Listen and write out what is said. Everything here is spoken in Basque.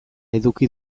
eduki